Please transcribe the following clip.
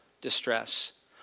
distress